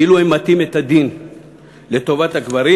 כאילו הם מטים את הדין לטובת הגברים.